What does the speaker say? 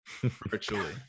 virtually